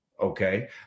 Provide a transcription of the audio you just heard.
okay